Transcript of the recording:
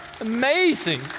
amazing